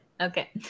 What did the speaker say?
Okay